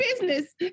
business